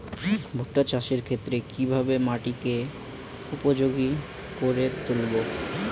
ভুট্টা চাষের ক্ষেত্রে কিভাবে মাটিকে উপযোগী করে তুলবো?